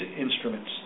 instruments